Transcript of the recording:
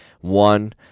one